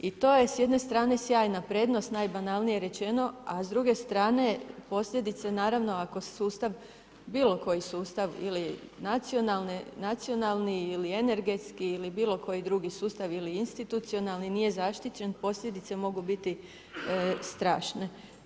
I to je s jedne strane, sjajna prednost najbanalnije rečeno, a s druge strane posljedice naravno, ako sustav, bilo koji sustav ili nacionalni ili energetski ili bilo koji drugi sustav ili institucionalni nije zaštićen, posljedice mogu biti strašne.